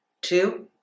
Two